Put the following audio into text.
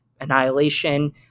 Annihilation